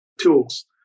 tools